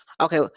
okay